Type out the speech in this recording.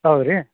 ಹೌದ್ ರೀ